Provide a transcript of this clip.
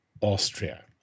Austria